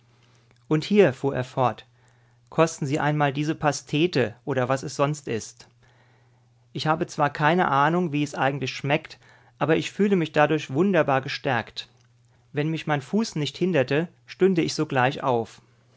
und hier fuhr er fort kosten sie einmal diese pastete oder was es sonst ist ich habe zwar keine ahnung wie es eigentlich schmeckt aber ich fühle mich dadurch wunderbar gestärkt wenn mich mein fuß nicht hinderte stünde ich sogleich auf